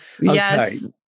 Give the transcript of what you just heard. Yes